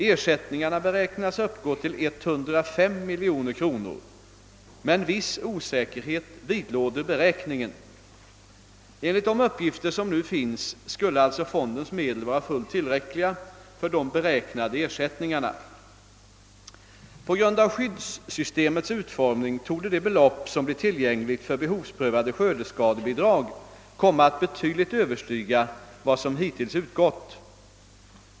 Er sättningarna beräknas uppgå till 105 miljoner kronor, men viss osäkerhet vidlåder beräkningen. Enligt de uppgifter som nu finns skulle alltså fondens medel vara fullt tillräckliga för de beräknade ersättningarna. På grund av skyddssystemets utformning torde det belopp, som blir tillgängligt för behovsprövade skördeskadebidrag, komma att betydligt överstiga vad som hittills utgått.